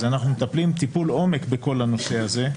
אנחנו מטפלים טיפול עומק בכל הנושא הזה.